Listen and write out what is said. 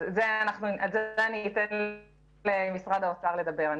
על זה אני אתן למשרד האוצר לדבר.